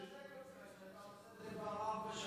אתה עושה את זה כבר ארבע שנים.